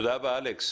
תודה רבה אלכס.